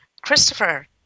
Christopher